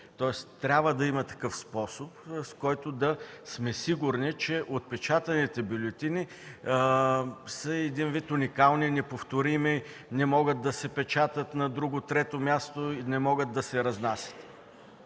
Трябва да има такъв способ, в който да сме сигурни, че отпечатаните бюлетини са един вид уникални и неповторими, не могат да се печатат на друго място и да се разнасят.